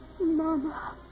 Mama